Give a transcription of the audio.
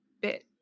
bit